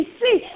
see